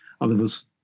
others